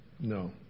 No